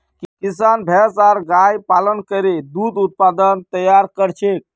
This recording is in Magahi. किसान भैंस आर गायर पालन करे दूध उत्पाद तैयार कर छेक